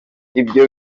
ibyo